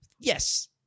yes